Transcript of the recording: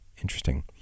Interesting